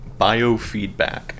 biofeedback